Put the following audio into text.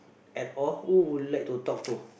at all who would you like to talk to